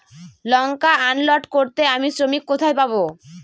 লঙ্কা unload করতে আমি শ্রমিক কোথায় পাবো?